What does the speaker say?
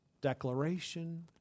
declaration